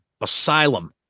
Asylum